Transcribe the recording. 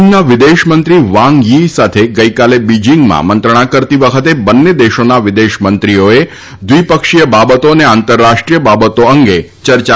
ચીનના વિદેશમંત્રી વાંગ થી સાથે ગઇકાલે બિજીંગમાં મંત્રણા કરતી વખતે બંને દેશોના વિદેશ મંત્રીઓએ દ્વિપક્ષીય બાબતો અને આંતરરાષ્ટ્રીય બાબત અંગે યર્યા કરી હતી